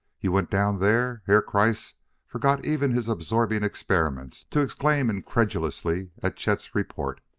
you went down there? herr kreiss forgot even his absorbing experiments to exclaim incredulously at chet's report.